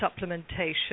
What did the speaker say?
supplementation